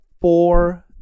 four